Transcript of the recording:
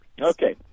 Okay